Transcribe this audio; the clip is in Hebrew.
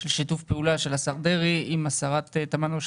של שיתוף פעולה של השר דרעי עם השרה תמנו-שטה,